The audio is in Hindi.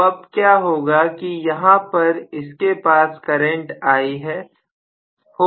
तो अब क्या होगा कि यहां पर इसके पास करंट I है